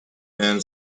man